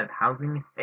housing